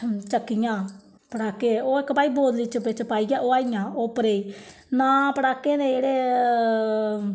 चक्कियां पटाके ओह् इक भाई बोतली च पाइयै हवाइयां ओह् उप्परै गी नांऽ पटाकें दे जेह्ड़े